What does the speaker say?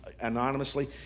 anonymously